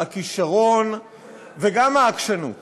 הכישרון וגם העקשנות